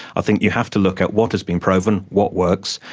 i think you have to look at what has been proven, what works,